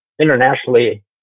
internationally